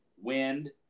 wind